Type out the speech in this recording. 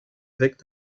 évêque